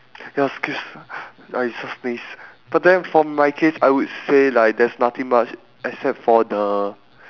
excuse I just sneeze but then for my case I would say like there's nothing much except for the